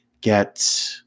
get